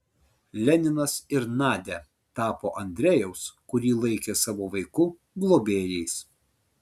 leninas ir nadia tapo andrejaus kurį laikė savo vaiku globėjais